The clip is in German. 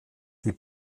die